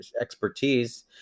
expertise